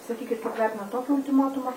sakykit kaip vertinat tokį ultimatumą